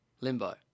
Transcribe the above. Limbo